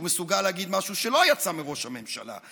מסוגל להגיד משהו שלא יצא מראש הממשלה.